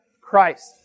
Christ